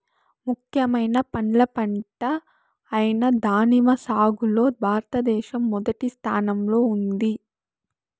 ముఖ్యమైన పండ్ల పంట అయిన దానిమ్మ సాగులో భారతదేశం మొదటి స్థానంలో ఉంది